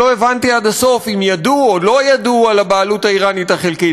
לא הבנתי עד הסוף אם ידעו או לא ידעו על הבעלות האיראנית החלקית.